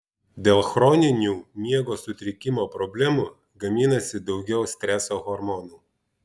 dėl chroninių miego sutrikimo problemų gaminasi daugiau streso hormonų